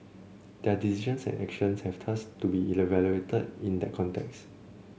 their decisions and actions have thus to be evaluated in that context